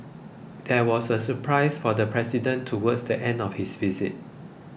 there was a surprise for the president towards the end of his visit